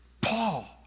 Paul